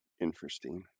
Interesting